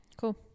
Cool